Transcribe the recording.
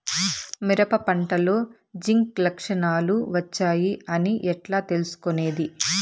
మిరప పంటలో జింక్ లక్షణాలు వచ్చాయి అని ఎట్లా తెలుసుకొనేది?